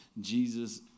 Jesus